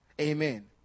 Amen